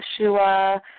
Yeshua